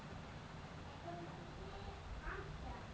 Coke বীজ থেক্যে রস বের করে চকলেট হ্যয় যেটাকে লালা ভাবে প্রসেস ক্যরতে হ্য়য়